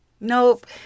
Nope